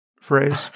phrase